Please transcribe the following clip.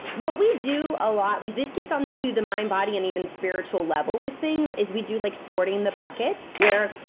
what we do, a lot, like this get onto the mind, body, and even spiritual level with things, is we do like sorting the buckets, where,